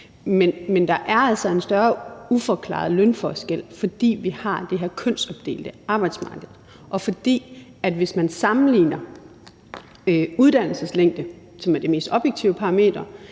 Men der er altså en større uforklaret lønforskel, fordi vi har det her kønsopdelte arbejdsmarked. Og hvis man sammenligner uddannelseslængde, som er det mest objektive parameter,